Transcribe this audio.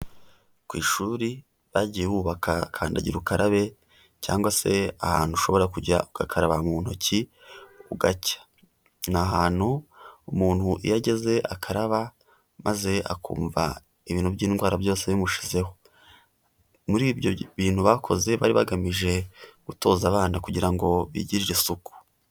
Ku ishuri bagiye bubaka kandagira ukarabe cyangwa se ahantu ushobora kujya ugakaraba mu ntoki ugacya, ni ahantu umuntu iyo ageze akaraba maze akumva ibintu by'indwara byose bimushizeho, muri ibyo bintu bakoze bari bagamije gutoza abana kugira ngo bigirire isuku.